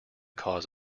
cause